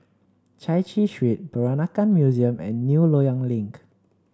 Chai Chee Street Peranakan Museum and New Loyang Link